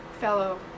fellow